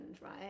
right